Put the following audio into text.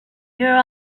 your